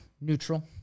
neutral